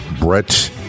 Brett